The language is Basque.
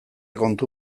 kontu